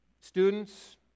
students